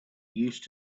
used